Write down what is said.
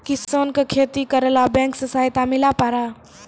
किसान का खेती करेला बैंक से सहायता मिला पारा?